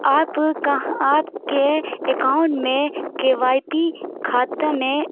آپ کہاں آپ کے اکاؤنٹ میں کے وائی پی کھاتا میں